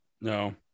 No